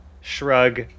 shrug